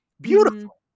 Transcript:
beautiful